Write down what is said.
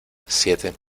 siete